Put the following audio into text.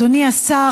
אדוני השר,